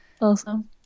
Awesome